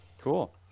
Cool